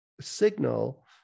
signal